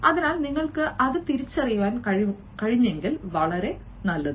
അതിനാൽ നിങ്ങൾക്ക് അത് തിരിച്ചറിയാൻ കഴിഞ്ഞെങ്കിൽ നല്ലത്